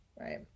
right